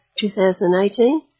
2018